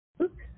Oops